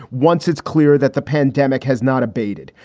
once it's clear that the pandemic has not abated,